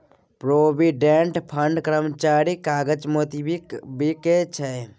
provident fund कर्मचारीक काजक मोताबिक बिकै छै